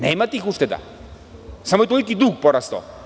Nema tih ušteda, samo je toliki dug porastao.